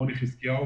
רוני חזקיהו,